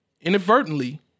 inadvertently